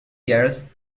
years